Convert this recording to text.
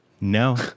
No